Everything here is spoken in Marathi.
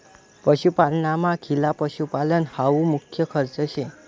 पशुपालनमा खिला पशुपालन हावू मुख्य खर्च शे